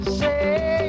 say